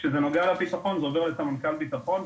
כשזה נוגע לבטחון זה עובר לסמנכ"ל בטחון,